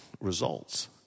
results